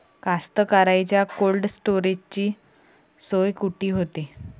कास्तकाराइच्या कोल्ड स्टोरेजची सोय कुटी होते?